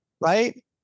right